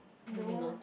no ah